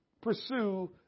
pursue